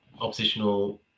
oppositional